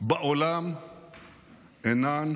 בעולם אינם